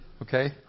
Okay